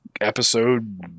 episode